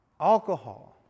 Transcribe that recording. alcohol